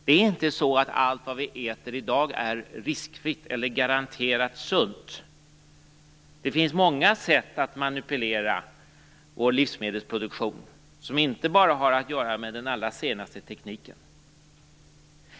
Det är inte så att allt vi äter i dag är riskfritt eller garanterat sunt. Det finns många sätt att manipulera vår livsmedelsproduktion på som inte bara har att göra med den allra senaste tekniken.